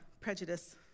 prejudice